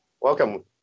Welcome